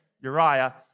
Uriah